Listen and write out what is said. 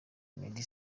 meddy